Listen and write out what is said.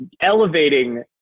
elevating